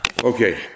Okay